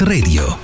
Radio